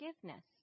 forgiveness